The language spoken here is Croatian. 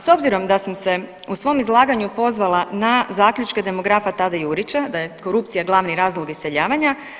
S obzirom da sam se u svom izlaganju pozvala na zaključke demografa Tada Jurića, da je korupcija glavni razlog iseljavanja.